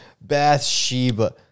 Bathsheba